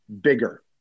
bigger